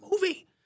movie